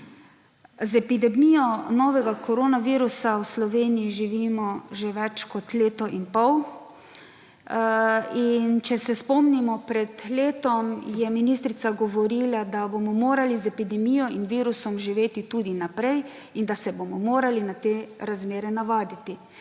Z epidemijo novega koronavirusa v Sloveniji živimo že več kot leto in pol. Če se spomnimo, pred letom je ministrica govorila, da bomo morali z epidemijo in virusom živeti tudi naprej in da se bomo morali na te razmere navaditi.